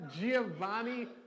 Giovanni